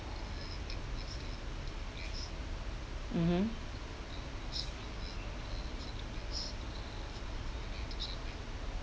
mmhmm